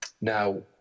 Now